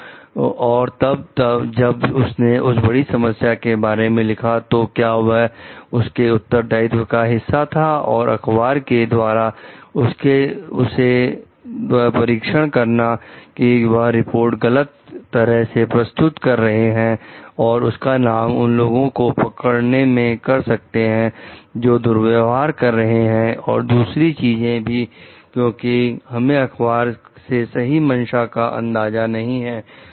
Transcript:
तो और तब जब उसने उस बड़ी समस्या के बारे में लिखा तो क्या यह उसके उत्तरदायित्व का हिस्सा था और अखबार के द्वारा उसे द्वारा परीक्षण करना की वह उसकी रिपोर्ट को गलत तरह से प्रस्तुत कर रहे हैं और उसका नाम उन लोगों को पकड़ने में कर रहे हैं जो दुर्व्यवहार कर रहे हैं और दूसरी चीजें भी क्योंकि हमें अखबार के सही मंशा का अंदाजा नहीं है